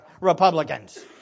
Republicans